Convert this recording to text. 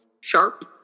Sharp